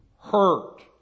hurt